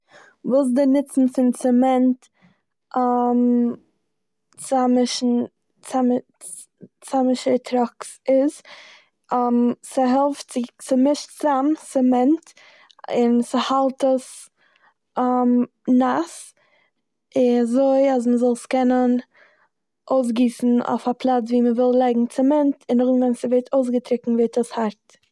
וואס די נוצן פון צעמענט צאממישן- צאמ- צ- צאממישער טראקס איז. ס'העלפט צו- ס'מישט צאם סעמענט און ס'האלט עס נ- נאס אי- אזוי אז מ'זאל עס קענען אויסגיסן אויף א פלאץ ווי מ'וויל לייגן צעמענט און נאכדעם ווען ס'ווערט אויסגעטריקנט ווערט עס הארט.